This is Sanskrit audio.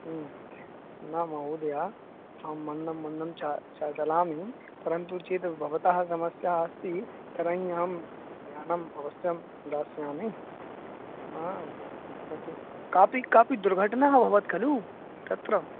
न महोदय अहं मन्दं मन्दं च च चलामि परन्तु चेत् भवतः समस्या अस्ति चलन्यहं ध्यानम् अवश्यं दास्यामि न तु कापि कापि दुर्घटना अभवत् खलु तत्र